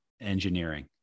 engineering